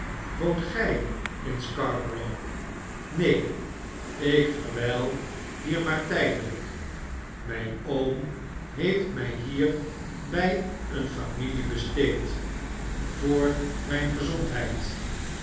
woont gij in scarborough neen ik verwijl hier maar tijdelijk mijn oom heeft my hier by een familie besteed voor mijn gezondheid